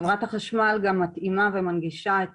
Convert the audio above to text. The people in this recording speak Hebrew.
חברת החשמל גם מתאימה ומנגישה את